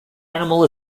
animal